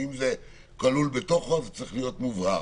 אם זה כלול בתוכו זה צריך להיות מובהר.